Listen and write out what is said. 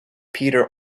peter